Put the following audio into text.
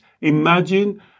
imagine